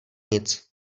nic